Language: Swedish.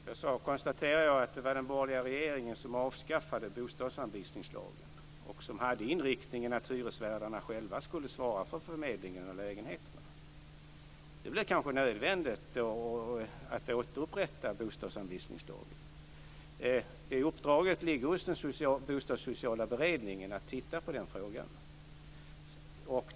Fru talman! Jag konstaterade att det var den borgerliga regeringen som avskaffade bostadsanvisningslagen och som hade inriktningen att hyresvärdarna själva skulle svara för förmedlingen av lägenheterna. Det blir kanske nödvändigt att återinföra bostadsanvisningslagen. Uppdraget att se över den frågan ligger hos den bostadssociala beredningen.